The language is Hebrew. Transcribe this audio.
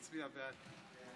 צרף אותי.